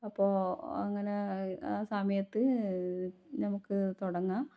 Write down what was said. അപ്പോൾ അങ്ങനെ ആ സമയത്ത് നമുക്ക് തുടങ്ങാം